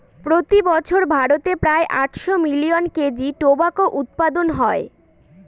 প্রতি বছর ভারতে প্রায় আটশো মিলিয়ন কেজি টোবাকো উৎপাদন হয়